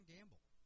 Gamble